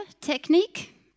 technique